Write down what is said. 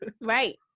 Right